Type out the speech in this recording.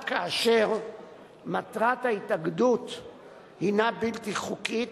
רק כאשר מטרת ההתאגדות הינה בלתי חוקית,